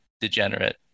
degenerate